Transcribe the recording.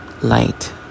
light